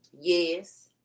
yes